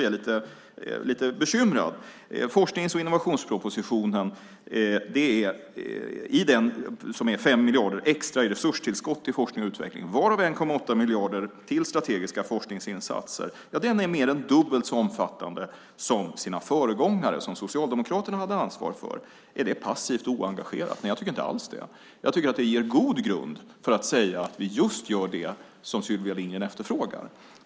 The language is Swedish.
Forsknings och innovationspropositionen har 5 miljarder extra i resurstillskott till forskning och utveckling, varav 1,8 miljarder till strategiska forskningsinsatser. Den är mer än dubbelt så omfattande som sina föregångare, som Socialdemokraterna hade ansvar för. Är det passivt och oengagerat? Nej, jag tycker inte alls det. Jag tycker att det ger god grund för att säga att vi just gör det som Sylvia Lindgren efterfrågar.